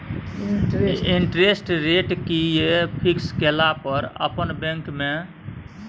Interest rate कि ये fix केला पर अपन बैंक में?